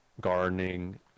gardening